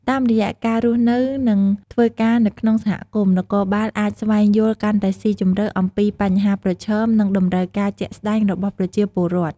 តាមរយៈ ការរស់នៅ និងធ្វើការនៅក្នុងសហគមន៍ នគរបាលអាចស្វែងយល់កាន់តែស៊ីជម្រៅអំពីបញ្ហាប្រឈម និងតម្រូវការជាក់ស្ដែងរបស់ប្រជាពលរដ្ឋ។